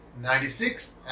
96